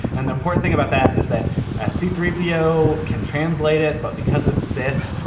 and the important thing about that is that ah c three p o can translate it, but because it's sith,